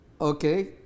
Okay